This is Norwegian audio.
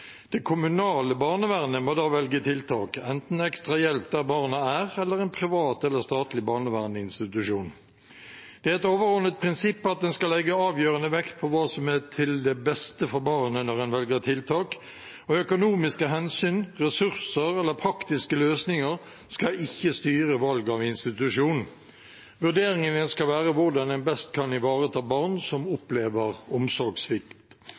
Det kommunale barnevernet må da velge tiltak – enten ekstra hjelp der barna er, eller en privat eller statlig barnevernsinstitusjon. Det er et overordnet prinsipp at en skal legge avgjørende vekt på hva som er til det beste for barnet når en velger tiltak, og økonomiske hensyn, ressurser eller praktiske løsninger skal ikke styre valg av institusjon. Vurderingene skal være hvordan en best kan ivareta barn som opplever omsorgssvikt.